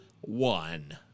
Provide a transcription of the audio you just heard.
one